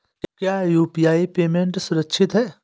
क्या UPI payment सुरक्षित है?